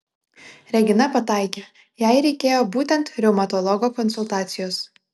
regina pataikė jai reikėjo būtent reumatologo konsultacijos